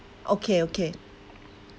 okay okay